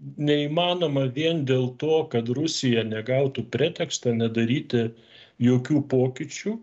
neįmanoma vien dėl to kad rusija negautų pretekstą nedaryti jokių pokyčių